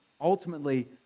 ultimately